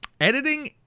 Editing